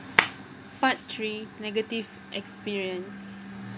part three negative experience